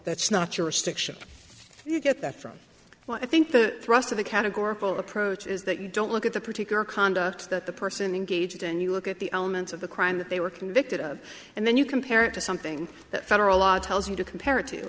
that's not jurisdiction you get that from what i think the thrust of the categorical approach is that you don't look at the particular conduct that the person engaged and you look at the elements of the crime that they were convicted of and then you compare it to something that federal law tells you to compare it to